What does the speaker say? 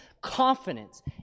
confidence